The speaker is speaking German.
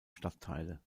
stadtteile